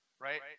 right